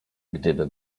gdyby